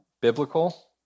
biblical